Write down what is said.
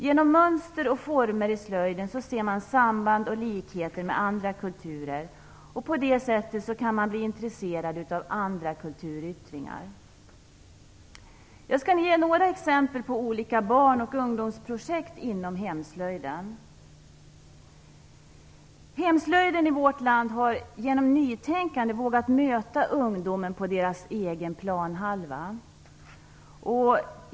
Genom mönster och former i slöjden ser man samband och likheter med andra kulturer. På det sättet kan man bli intresserad av andra kulturyttringar. Jag skall ge några exempel på olika barn och ungdomsprojekt inom hemslöjden. Hemslöjden i vårt land har genom nytänkande vågat möta ungdomarna på deras egen planhalva.